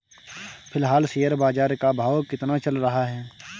फिलहाल शेयर बाजार का भाव कितना चल रहा है?